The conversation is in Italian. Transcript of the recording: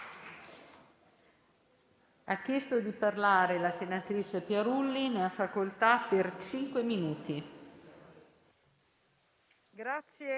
Grazie